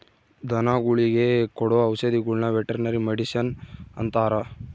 ಧನಗುಳಿಗೆ ಕೊಡೊ ಔಷದಿಗುಳ್ನ ವೆರ್ಟನರಿ ಮಡಿಷನ್ ಅಂತಾರ